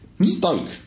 Stoke